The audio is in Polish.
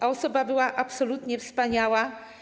A osoba była absolutnie wspaniała.